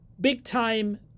Big-time